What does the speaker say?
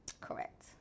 Correct